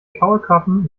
kaulquappen